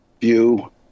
view